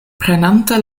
prenante